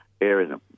areas